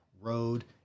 road